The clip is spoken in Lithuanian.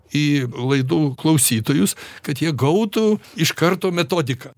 į laidų klausytojus kad jie gautų iš karto metodiką